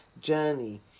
journey